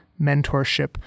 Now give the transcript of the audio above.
mentorship